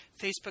Facebook